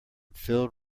filled